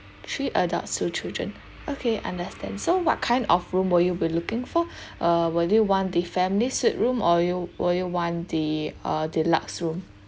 three adults two children okay understand so what kind of room were you be looking for uh would you want the families suite room or you would you want the uh deluxe room